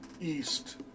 East